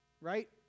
right